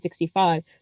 1965